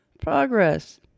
progress